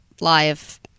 live